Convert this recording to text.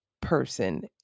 person